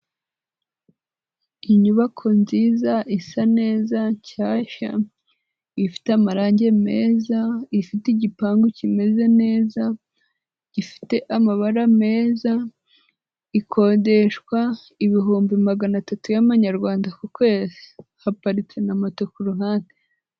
Inyubako nziza, isa neza, nshyashya, ifite amarange meza, ifite igipangu kimeze neza, gifite amabara meza, ikodeshwa ibihumbi magana atatu y'amanyarwanda ku kwezi, haparitse na moto ku ruhande.